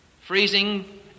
freezing